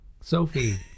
Sophie